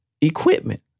equipment